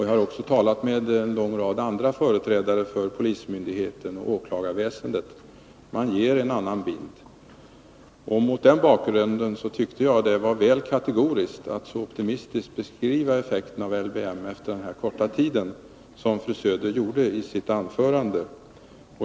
Jag har också talat med en lång rad andra företrädare för polismyndigheten och åklagarväsendet, och de ger en annan bild. Mot den bakgrunden tyckte jag det var väl kategoriskt att efter den här korta tiden så optimistiskt beskriva effekterna av LVM som fru Söder gjorde i sitt anförande.